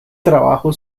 trabajo